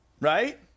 Right